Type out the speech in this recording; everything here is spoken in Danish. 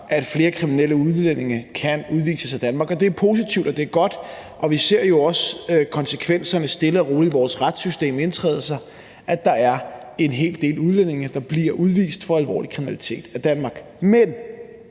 at flere kriminelle udlændinge kan udvises af Danmark. Det er positivt, og det er godt, og vi ser jo også konsekvenserne indtræde stille og roligt i vores retssystem, nemlig at der er en hel del udlændinge, der bliver udvist af Danmark for alvorlig kriminalitet. Men